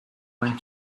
when